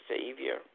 Savior